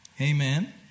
Amen